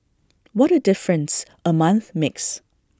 what A difference A month makes